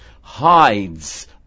Hides